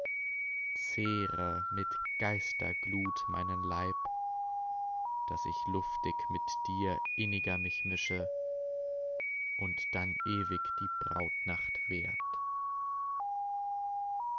zehre mit geisterglut meinen leib daß ich luftig mit dir inniger mich mische und dann ewig die brautnacht währt